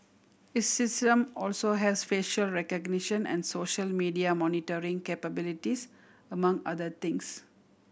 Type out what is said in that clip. its system also has facial recognition and social media monitoring capabilities among other things